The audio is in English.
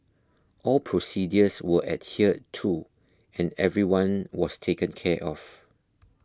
all procedures were adhered to and everyone was taken care of